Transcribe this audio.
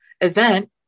event